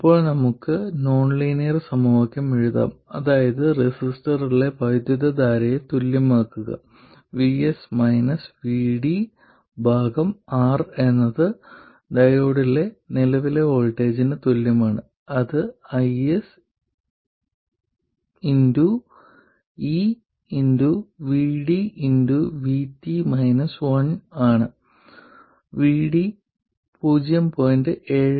ഇപ്പോൾ ആദ്യം നമുക്ക് നോൺലീനിയർ സമവാക്യം എഴുതാം അതായത് റെസിസ്റ്ററിലെ വൈദ്യുതധാരയെ തുല്യമാക്കുക R എന്നത് ഡയോഡിലെ നിലവിലെ വോൾട്ടേജിന് തുല്യമാണ് അത് IS ആണ് VD 0